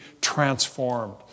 transformed